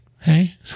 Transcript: hey